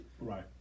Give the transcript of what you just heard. Right